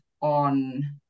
on